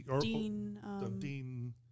Dean